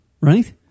right